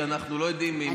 שאנחנו לא יודעים אם,